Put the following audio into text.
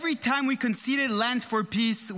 Every time we conceded land for peace,